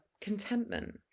contentment